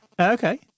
Okay